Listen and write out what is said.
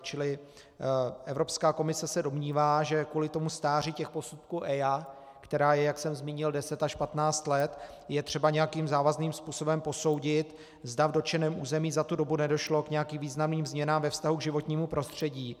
Čili Evropská komise se domnívá, že kvůli stáří posudků EIA, která je, jak jsem zmínil, deset až patnáct let, je třeba nějakým závazným způsobem posoudit, zda v dotčeném území za tu dobu nedošlo k nějakým významným změnám ve vztahu k životnímu prostředí.